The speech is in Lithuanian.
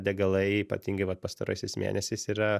degalai ypatingai vat pastaraisiais mėnesiais yra